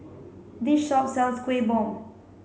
this shop sells Kuih Bom